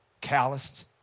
Calloused